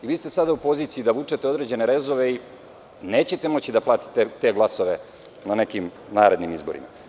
Vi ste sada u poziciji da vučete određene rezove i nećete moći da platite te glasove na nekim narednim izborima.